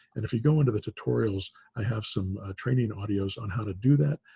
and if you go into the tutorials i have some training audios on how to do that.